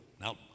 Now